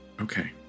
Okay